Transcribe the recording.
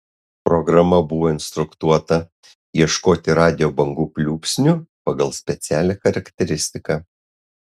programa buvo instruktuota ieškoti radijo bangų pliūpsnių pagal specialią charakteristiką